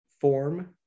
form